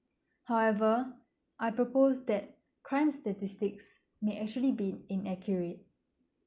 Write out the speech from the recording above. however I propose that crime statistics may actually be inaccurate